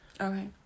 Okay